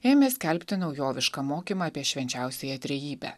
ėmė skelbti naujovišką mokymą apie švenčiausiąją trejybę